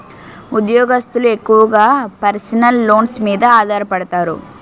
ఉద్యోగస్తులు ఎక్కువగా personal loans మీద ఆధారపడతారు